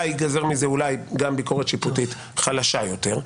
אולי תיגזר מזה גם ביקורת שיפוטית חלשה יותר,